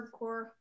hardcore